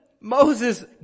Moses